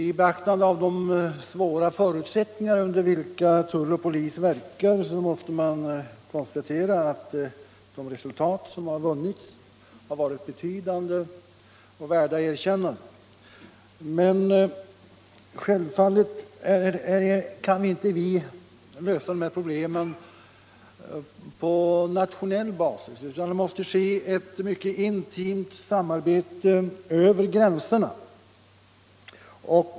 I beaktande av de svåra förhållanden under vilka tull och polis verkar måste man konstatera att de resultat som vunnits har varit betydande och värda erkännande. Men självfallet kan inte vi lösa problemet på nationell basis, utan det måste ske ett mycket intimt samarbete över gränserna.